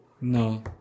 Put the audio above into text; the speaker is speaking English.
No